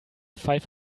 five